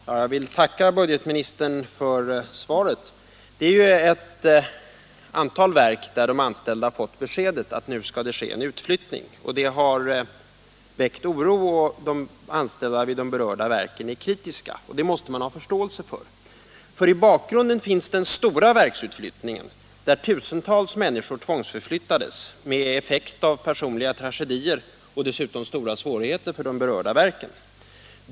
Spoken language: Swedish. Herr talman! Jag vill tacka budgetministern för svaret. I ett antal verk har de anställda fått beskedet att det skall bli en utflyttning. Det har väckt oro, och de anställda vid de berörda verken är kritiska. Det måste man ha förståelse för. I bakgrunden finns den stora verksutflyttningen där tusentals människor tvångsförflyttades med personliga tragedier och stora svårigheter för de berörda verken som följd.